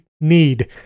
need